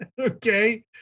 Okay